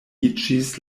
iĝis